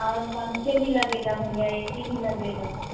और पंखे भी लगेंगे भैया ए सी भी लगेगा